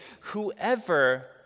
whoever